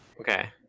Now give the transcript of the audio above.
okay